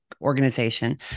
organization